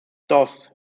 dos